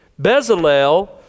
Bezalel